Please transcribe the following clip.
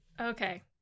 Okay